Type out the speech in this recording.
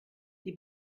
die